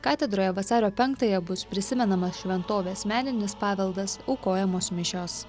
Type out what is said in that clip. katedroje vasario penktąją bus prisimenamas šventovės meninis paveldas aukojamos mišios